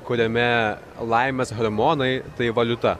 kuriame laimės hormonai tai valiuta